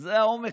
זה העומק.